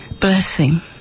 Blessing